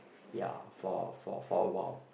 ya for for for awhile